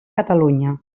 catalunya